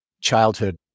childhood